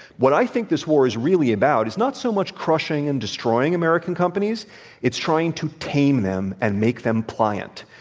what i think this war is really about is not so much crushing and destroying american companies it's trying to tame them and make them pliant.